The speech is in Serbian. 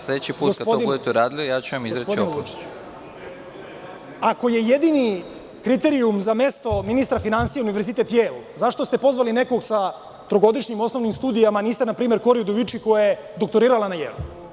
Sledeći put kada budete to uradili, ja ću vam izreći opomenu.) Gospodine Vučiću, ako je jedini kriterijum za mesto ministra finansija Univerzitet Jejl, zašto ste pozvali nekog sa trogodišnjim osnovnim studijama, a niste, npr, Kori Udovički, koja je doktorirala na Jejlu?